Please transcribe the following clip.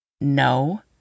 No